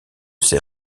ces